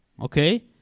okay